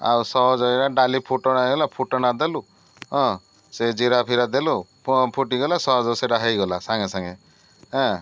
ଆଉ ସହଜେ ଏଇଟା ଡାଲି ଫୁଟଣା ହେଇଗଲା ଫୁଟଣା ଦେଲୁ ହଁ ସେ ଜିରା ଫିରା ଦେଲୁ ଫୁଟିଗଲା ସହଜ ସେଇଟା ହେଇଗଲା ସାଙ୍ଗେ ସାଙ୍ଗେ ହଁ